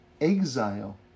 exile